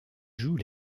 joue